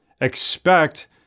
Expect